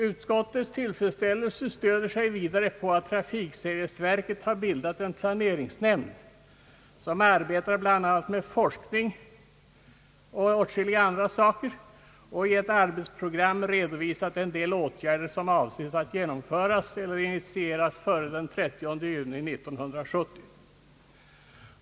Utskottets tillfredsställelse grundas vidare på att trafiksäkerhetsverket bildat en planeringsnämnd som arbetar bl.a. med forskning och i ett arbetsprogram redovisat en del åtgärder som avses att genomföras eller initieras före den 30 juni 1970.